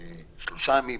האם אלה שלושה ימים,